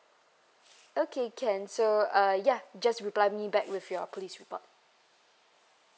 okay can so uh ya just reply me back with your police report